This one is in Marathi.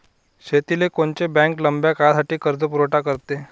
शेतीले कोनची बँक लंब्या काळासाठी कर्जपुरवठा करते?